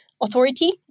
authority